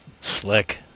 Slick